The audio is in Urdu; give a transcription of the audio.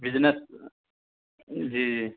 بزنس جی جی